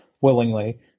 willingly